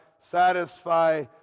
satisfy